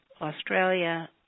Australia